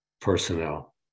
personnel